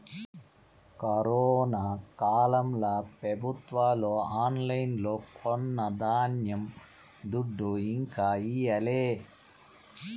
corona కాలంల పెబుత్వాలు ఆన్లైన్లో కొన్న ధాన్యం దుడ్డు ఇంకా ఈయలే